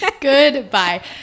goodbye